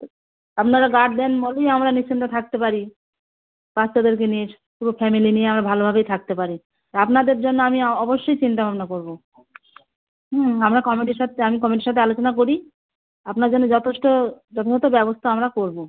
আপনারা গার্ড দেন বলেই আমরা নিশ্চিন্ত থাকতে পারি বাচ্চাদেরকে নিয়ে পুরো ফ্যামেলি নিয়ে আমরা ভালোভাবেই থাকতে পারি আপনাদের জন্য আমি অবশ্যই চিন্তা ভাবনা করবো হুম আমরা কমিটির সাথে আমি কমিটির সাথে আলোচনা করি আপনার জন্য যথেষ্ট যথাযথ ব্যবস্থা আমরা করবো